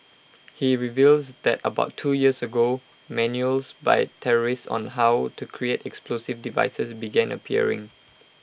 he reveals that about two years ago manuals by terrorists on how to create explosive devices began appearing